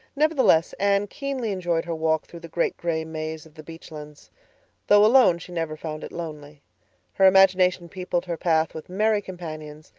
nevertheless, anne keenly enjoyed her walk through the great gray maze of the beechlands though alone she never found it lonely her imagination peopled her path with merry companions,